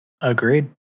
Agreed